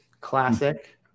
classic